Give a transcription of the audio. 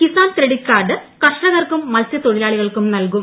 Kisan credit card കർഷകർക്കും മൂസ്യത്തൊഴിലാളികൾക്കും നൽകും